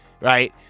Right